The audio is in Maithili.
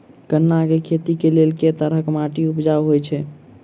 गन्ना केँ खेती केँ लेल केँ तरहक माटि उपजाउ होइ छै?